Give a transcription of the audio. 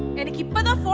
and give but